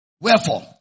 Wherefore